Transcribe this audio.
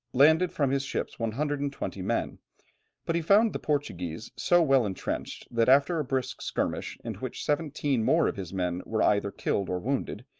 landed from his ships one hundred and twenty men but he found the portuguese so well entrenched, that after a brisk skirmish in which seventeen more of his men were either killed or wounded,